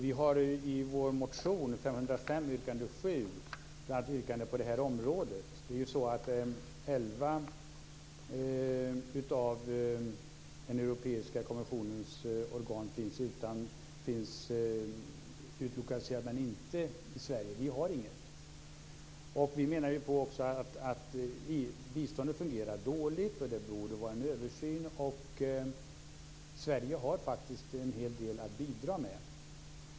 Vi har i vår motion U505 - yrkande 7 - bl.a. ett yrkande på detta område. Det är så att elva av den europeiska kommissionens organ finns utlokaliserade, men inget finns i Sverige. Vi har inget. Vi menar att biståndet fungerar dåligt och att det borde ske en översyn. Sverige har faktiskt en hel del att bidra med.